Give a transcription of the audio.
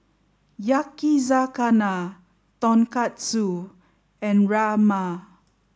Yakizakana Tonkatsu and Rajma